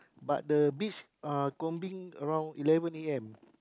but the beach uh combing around eleven a_m